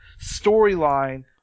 storyline